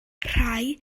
rhai